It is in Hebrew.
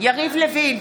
יריב לוין,